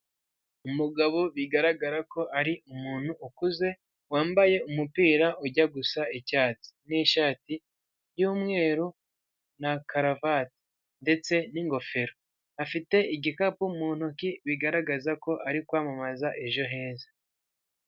Umugabo bigaragara ko ari umuntu ukuze wambaye umupira ujya gusa icyatsi ni'shati yumweru na karuvati ndetse n'ingofero afite igikapu mu ntoki bigaragaza ko ari kwamamaza ejo heza.